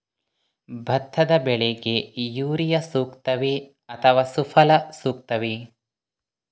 ಭತ್ತದ ಬೆಳೆಗೆ ಯೂರಿಯಾ ಸೂಕ್ತವೇ ಅಥವಾ ಸುಫಲ ಸೂಕ್ತವೇ?